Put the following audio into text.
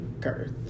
girth